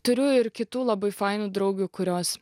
turiu ir kitų labai fainų draugių kurios